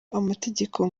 amategeko